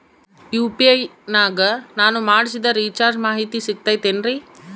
UPI ನಾಗ ನಾನು ಮಾಡಿಸಿದ ರಿಚಾರ್ಜ್ ಮಾಹಿತಿ ಸಿಗುತೈತೇನ್ರಿ?